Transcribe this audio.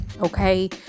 Okay